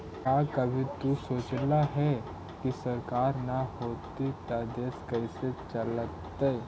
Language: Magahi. क्या कभी तु सोचला है, की सरकार ना होतई ता देश कैसे चलतइ